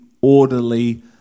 orderly